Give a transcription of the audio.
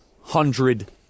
hundred